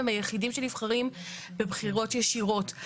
הם היחידים שנבחרים בבחירות ישירות,